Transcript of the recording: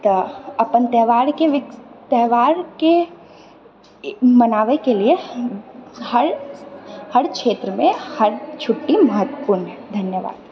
तऽ अपन त्यौहारके त्यौहारके मनावैके लिए हर हर क्षेत्रमे हर छुट्टी महत्वपूर्ण धन्यवाद